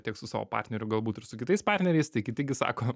tiek su savo partneriu galbūt ir su kitais partneriais tai kiti gi sako